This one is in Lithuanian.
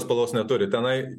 spalvos neturi tenai